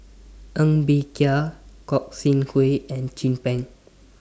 Ng Bee Kia Gog Sing Hooi and Chin Peng